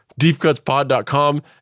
DeepCutsPod.com